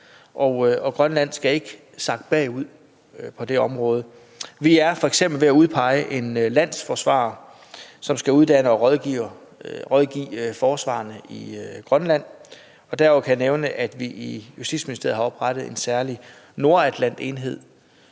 og Grønland skal ikke sakke bagud på det område. Vi er f.eks. ved at udpege en landsforsvarer, som skal uddanne og rådgive forsvarerne i Grønland. Derudover kan jeg nævne, at vi i Justitsministeriet har oprettet en særlig enhed, Nordatlantenheden,